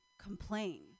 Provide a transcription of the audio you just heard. complain